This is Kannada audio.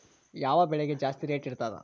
ಯಾವ ಬೆಳಿಗೆ ಜಾಸ್ತಿ ರೇಟ್ ಇರ್ತದ?